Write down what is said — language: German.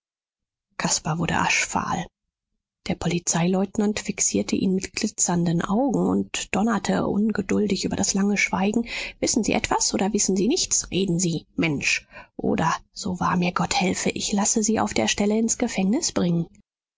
caspar wurde aschfahl der polizeileutnant fixierte ihn mit glitzernden augen und donnerte ungeduldig über das lange schweigen wissen sie etwas oder wissen sie nichts reden sie mensch oder so wahr mir gott helfe ich lasse sie auf der stelle ins gefängnis bringen